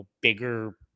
bigger